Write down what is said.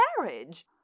marriage